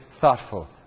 thoughtful